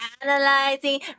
Analyzing